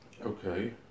Okay